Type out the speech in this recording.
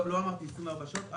לא אמרתי 24 שעות.